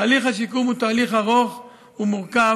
תהליך השיקום הוא תהליך ארוך ומורכב,